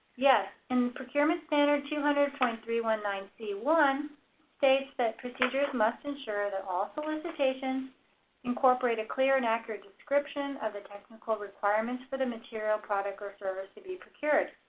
yes. in procurement standard two hundred point three one nine c one states that the procedures must ensure that all solicitations incorporate a clear and accurate description of the technical requirements for the material, product, or service to be procured.